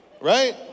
Right